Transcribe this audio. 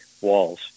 walls